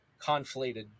conflated